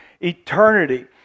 eternity